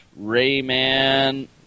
Rayman